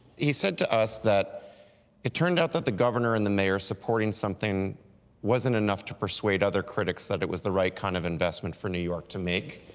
he said to us that it turned out that the governor and the mayor supporting something wasn't enough to persuade other critics that it was the right kind of investment for new york to make.